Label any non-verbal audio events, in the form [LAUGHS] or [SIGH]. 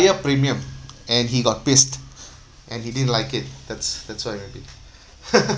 premium and he got pissed and he didn't like it that's that's why I wrap it [BREATH] [LAUGHS]